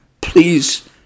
Please